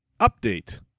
Update